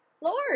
Lord